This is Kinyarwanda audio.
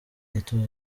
y’itora